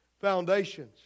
foundations